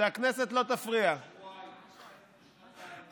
אתה האמנת שפעם חבר כנסת יציע את זה?